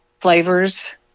flavors